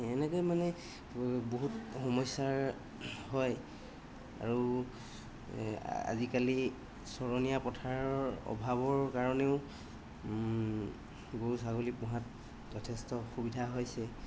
এনেকৈ মানে বহুত সমস্যাৰ হয় আৰু আজিকালি চৰণীয়া পথাৰৰ অভাৱৰ কাৰণেও গৰু ছাগলী পোহাত যথেষ্ট সুবিধা হৈছে